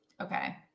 Okay